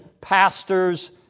pastors